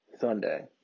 Sunday